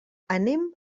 anem